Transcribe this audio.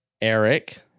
Eric